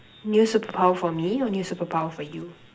new superpower for me or new superpower for you